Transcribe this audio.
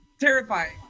terrifying